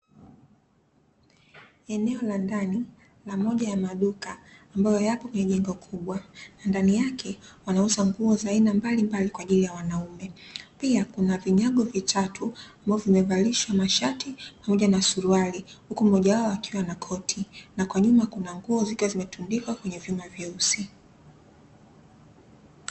Eneo la ndani la Moja ya duka ambayo yapo kwenye jengo kubwa na ndani yake wanauza nguo za aina mbalimbali kwa ajili ya wanaume . Pia Kuna vinyago vitatu ambavyo vimevalishwa mashati pamoja na suruali , huku mmojawao akiwa na koti na kwa nyuma Kuna nguo zikiwa zimetundikwa kwenye vyuma vyeusi.